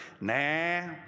nah